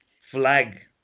flag